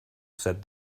said